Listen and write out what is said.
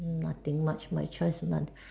nothing much my choice month